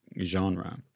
genre